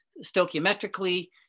stoichiometrically